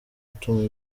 utuma